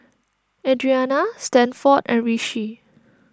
Adrianna Stanford and Rishi